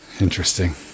Interesting